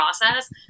process